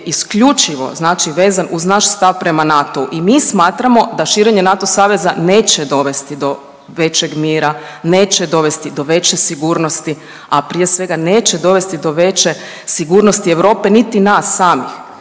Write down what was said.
isključivo znači vezan uz naš stav prema NATO-u. I mi smatramo da širenje NATO saveza neće dovesti do većeg mira, neće dovesti do veće sigurnosti, a prije svega neće dovesti do veće sigurnosti Europe niti nas samih